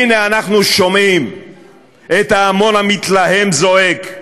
הנה, אנחנו שומעים את ההמון המתלהם זועק: